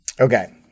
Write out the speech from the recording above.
Okay